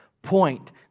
Point